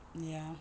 ya mmhmm